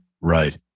Right